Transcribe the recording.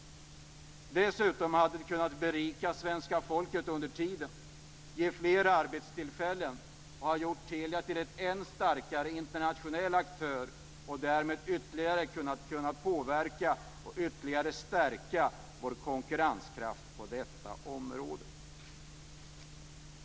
Dessutom hade vi under tiden kunnat berika svenska folket, skapa fler arbetstillfällen, göra Telia till en än starkare internationell aktör och därmed ytterligare stärka vår konkurrenskraft på detta område.